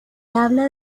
habla